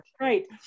Right